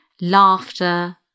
laughter